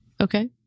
Okay